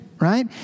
right